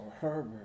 Herbert